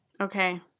Okay